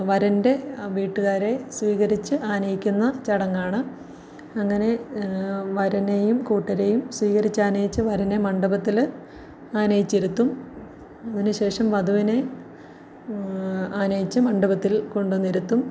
വരൻ്റെ വീട്ടുകാരെ സ്വീകരിച്ച് ആനയിക്കുന്ന ചടങ്ങാണ് അങ്ങനെ വരനേയും കൂട്ടരേയും സ്വീകരിച്ച് ആനയിച്ച് വരനെ മണ്ഡപത്തിൽ ആനയിച്ചിരുത്തും അതിനുശേഷം വധുവിനെ ആനയിച്ച് മണ്ഡപത്തിൽ കൊണ്ടുവന്ന് ഇരുത്തും